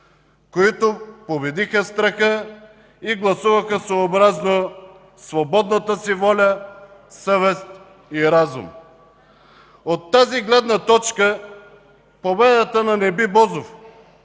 които победиха страха и гласуваха съобразно свободната си воля, съвест и разум. От тази гледна точка победата на Неби Бозов,